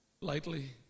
lightly